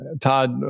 Todd